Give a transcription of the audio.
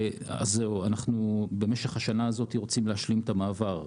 זהו, במשך השנה הזאת אנחנו רוצים להשלים את המעבר.